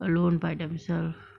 alone by themself